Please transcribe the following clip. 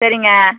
சரிங்க